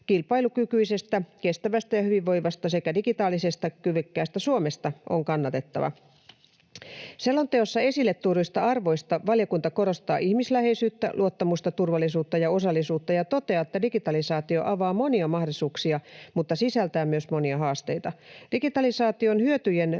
kilpailukykyisestä, kestävästä ja hyvinvoivasta sekä digitaalisesti kyvykkäästä Suomesta on kannatettava. Selonteossa esille tuoduista arvoista valiokunta korostaa ihmisläheisyyttä, luottamusta, turvallisuutta ja osallisuutta ja toteaa, että digitalisaatio avaa monia mahdollisuuksia mutta sisältää myös monia haasteita. Digitalisaation hyötyjen